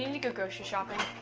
and go grocery shopping.